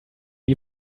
die